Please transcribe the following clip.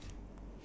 green